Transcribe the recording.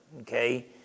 Okay